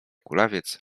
kulawiec